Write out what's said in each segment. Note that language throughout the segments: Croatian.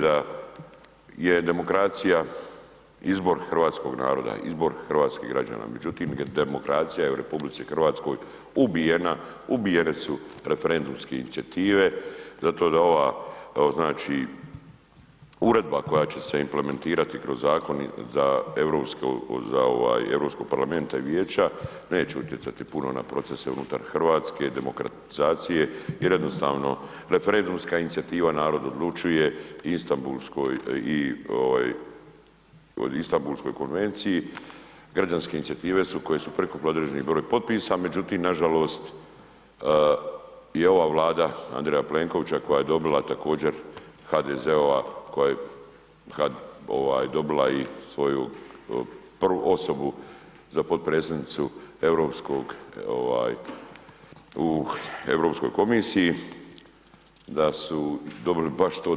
Da je demokracija izbornog hrvatskog naroda, izbor hrvatskih građana međutim demokracija je u RH ubijena, ubijeni su referendumske inicijative zato da ova znači uredba koja će se implementirati kroz zakoni za Europski parlamenta i Vijeća, neće utjecati puno na procese unutar hrvatske demokratizacije jer jednostavno referendumska inicijativa „Narod odlučuje“ i Istabulskoj konvenciji, građanske inicijative koje su prikupile određeni broj potpisa međutim nažalost je ova Vlada A. Plenkovića koja je dobila također HDZ-ova, koja je dobila i svoju osobu za potpredsjednicu u Europskoj komisiji, da su dobili baš to,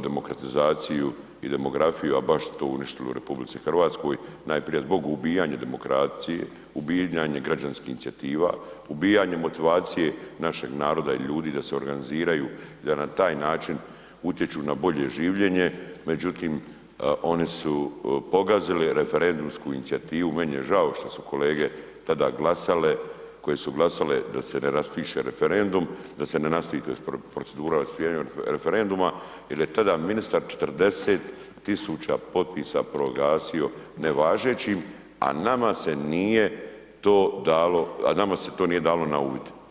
demokratizaciju i demografiju a baš su to uništili u RH, najprije zbog ubijanja demokracije, ubijanja građanskih inicijativa, ubijanja motivacije našeg naroda i ljudi da se organiziraju i da na taj način utječu na bolje življenje međutim onu su pogazili referendumsku inicijativu, meni je žao što su kolege tada glasale, koje su glasale da se ne raspiše referendum, da ne nastavi procedura raspisivanja referenduma jer je tada ministar 40 000 potpisa proglasio nevažećim a nama se to nije dalo na uvid.